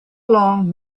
long